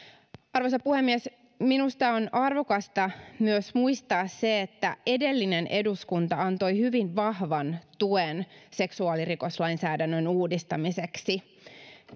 arvoisa puhemies minusta on arvokasta myös muistaa se että edellinen eduskunta antoi hyvin vahvan tuen seksuaalirikoslainsäädännön uudistamiseksi